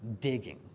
digging